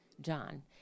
John